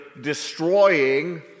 destroying